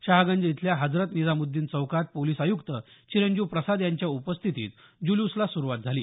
शहागंज इथल्या हजरत निजामुद्दीन चौकात पोलिस आयुक्त चिरंजीव प्रसाद यांच्या उपस्थितीत जुलूसला सुरवात झाली